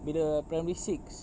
bila primary six